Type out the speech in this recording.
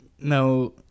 No